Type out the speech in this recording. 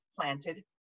planted